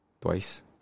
Twice